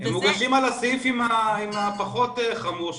הם מוגשים על הסעיף עם הפחות חמור,